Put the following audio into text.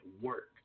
work